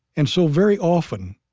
and so, very often,